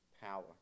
Power